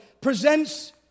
presents